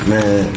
Man